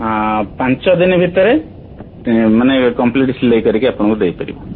ହଁ ପାଞ୍ଚ ଦିନ ଭିତରେ ମାନେ କମ୍ପ୍ଲିଟ୍ ସିଲେଇ କରିକି ଆପଣଙ୍କୁ ଦେଇପାରିବୁ